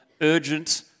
urgent